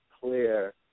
clear